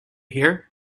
here